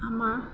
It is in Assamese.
আমাৰ